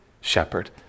shepherd